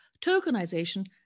tokenization